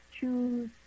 choose